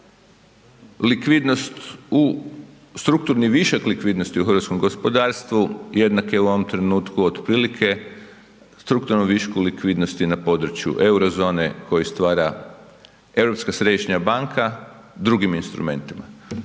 Strukturni višak likvidnosti u hrvatskom gospodarstvu jednak je u ovom trenutku otprilike strukturnom višku likvidnosti na području eurozone koji stvara Europska središnja banka drugim instrumentima.